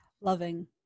loving